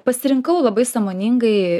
pasirinkau labai sąmoningai